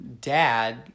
dad